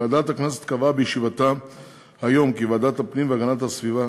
ועדת הכנסת קבעה בישיבתה אתמול כי ועדת הפנים והגנת הסביבה